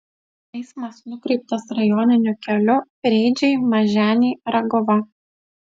eismas nukreiptas rajoniniu keliu preidžiai maženiai raguva